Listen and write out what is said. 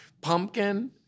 Pumpkin